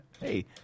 Hey